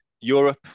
Europe